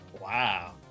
Wow